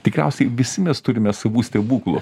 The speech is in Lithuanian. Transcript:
tikriausiai visi mes turime savų stebuklų